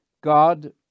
God